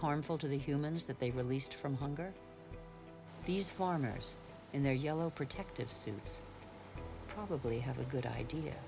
harmful to the humans that they released from hunger these farmers in their yellow protective suits probably have a good idea